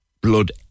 blood